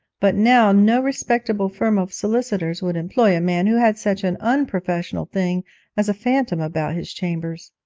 but now no respectable firm of solicitors would employ a man who had such an unprofessional thing as a phantom about his chambers.